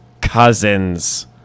Cousins